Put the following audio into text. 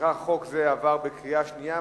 לפיכך חוק זה עבר בקריאה שנייה.